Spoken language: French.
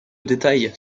détails